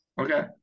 okay